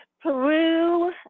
Peru